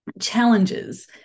challenges